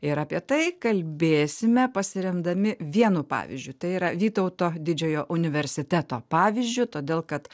ir apie tai kalbėsime pasiremdami vienu pavyzdžiu tai yra vytauto didžiojo universiteto pavyzdžiu todėl kad